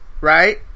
Right